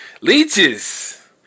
leeches